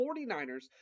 49ers